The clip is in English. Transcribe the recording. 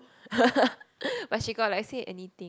but she got like say anything